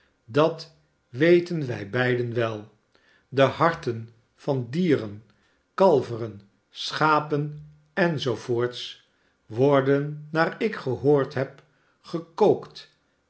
dat weten wij beiden wel de harten van dieren kalveren schapen en zoo voorts worden naar ik gehoord heb gekookt